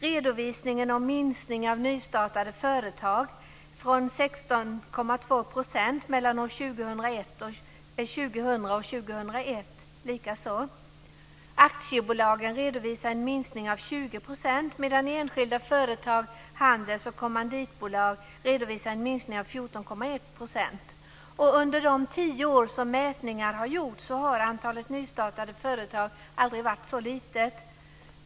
Redovisningen av minskningen av nystartade företag med 16,2 % mellan år 2000 och 2001 likaså. Aktiebolagen redovisar en minskning med 20 %, medan enskilda företag, handels och kommanditbolag, redovisar en minskning med 14,1 %. Under de tio år som mätningarna har gjorts har antalet nystartade företag aldrig varit så litet.